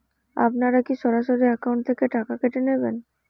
আপনারা কী সরাসরি একাউন্ট থেকে টাকা কেটে নেবেন?